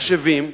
מחשבים,